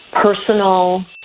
personal